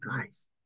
guys